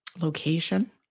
location